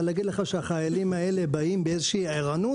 אבל להגיד לך שהחיילים האלה באים באיזושהי ערנות?